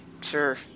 sure